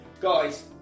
Guys